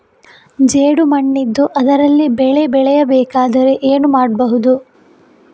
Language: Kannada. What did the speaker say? ಜೇಡು ಮಣ್ಣಿದ್ದು ಅದರಲ್ಲಿ ಬೆಳೆ ಬೆಳೆಯಬೇಕಾದರೆ ಏನು ಮಾಡ್ಬಹುದು?